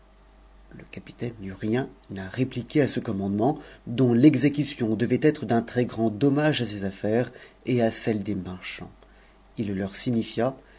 e capitaine n'eut rien à répliquer à ce commandement dout l'exécution devait être d'un très-grand dommage à ses affaires et à celles des marchands il leur signifia